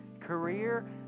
career